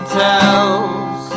tells